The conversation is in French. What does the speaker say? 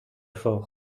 fort